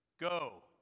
go